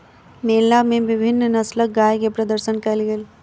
मेला मे विभिन्न नस्लक गाय के प्रदर्शन कयल गेल